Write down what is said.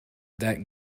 that